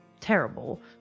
terrible